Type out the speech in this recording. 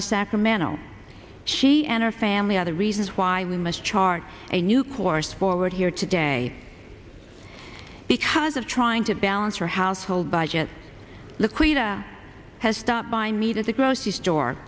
of sacramento she and her family other reasons why we must chart a new course forward here today because of trying to balance our household budget liquid has stopped by need as a grocery store